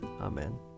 Amen